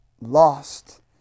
lost